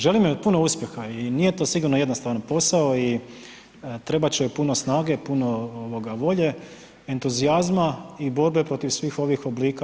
Želim joj puno uspjeha i nije to sigurno jednostavan posao i trebat će joj puno snage, puno volje, entuzijazma i borbe protiv svih oblika.